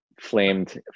flamed